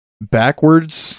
backwards